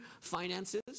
finances